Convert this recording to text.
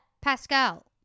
Pascal